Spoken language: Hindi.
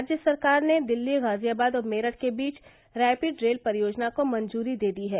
राज्य सरकार ने दिल्ली गाजियाबाद और मेरठ के बीच रैपिड रेल परियोजना को मंजूरी दे दी है